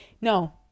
No